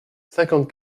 cinquante